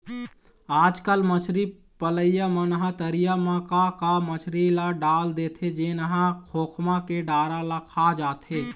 आजकल मछरी पलइया मन ह तरिया म का का मछरी ल डाल देथे जेन ह खोखमा के डारा ल खा जाथे